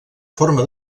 forma